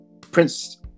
prince